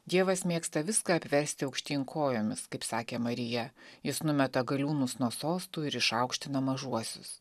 dievas mėgsta viską apversti aukštyn kojomis kaip sakė marija jis numeta galiūnus nuo sostų ir išaukština mažuosius